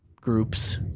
groups